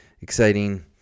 exciting